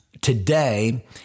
today